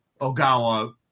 Ogawa